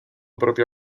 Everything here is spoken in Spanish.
propia